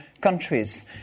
countries